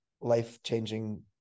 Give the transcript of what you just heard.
life-changing